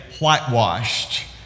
whitewashed